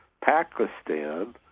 Pakistan